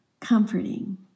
Comforting